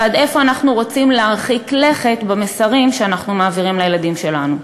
ועד איפה אנחנו רוצים להרחיק לכת במסרים שאנחנו מעבירים לילדים שלנו.